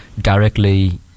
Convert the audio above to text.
directly